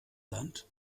land